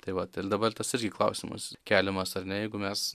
tai vat ir dabar tas irgi klausimas keliamas ar ne jeigu mes